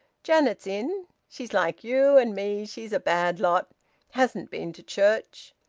janet's in. she's like you and me, she's a bad lot hasn't been to church.